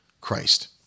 Christ